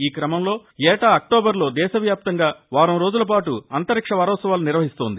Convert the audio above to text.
ఈ క్రమంలో ఏటా అక్టోబరులో దేశవ్యాప్తంగా వారం రోజులపాటు అంతరిక్ష వారోత్సవాలు నిర్వహిస్తోంది